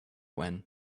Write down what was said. when